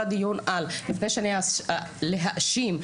לפני הדיון על התקציבים או הטחת האשמות,